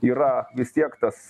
yra vis tiek tas